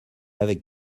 avec